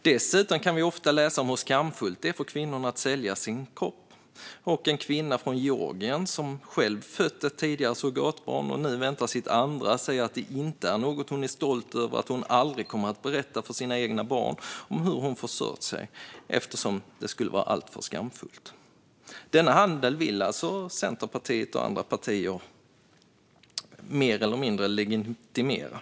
Dessutom kan vi ofta läsa om hur skamfullt det är för kvinnorna att sälja sin kropp. En kvinna från Georgien som själv tidigare fött ett surrogatbarn och nu väntar sitt andra säger att detta inte är något hon är stolt över och att hon aldrig kommer att berätta för sina egna barn om hur hon försörjt sig eftersom det skulle vara alltför skamfullt. Denna handel vill alltså Centerpartiet och andra partier mer eller mindre legitimera.